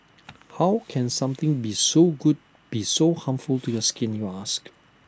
how can something be so good be so harmful to your skin you ask